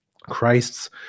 Christ's